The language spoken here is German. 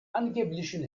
angeblichen